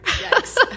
Yes